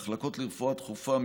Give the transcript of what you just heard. מחלקות לרפואה דחופה,